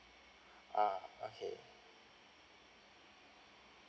ah okay